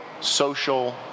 social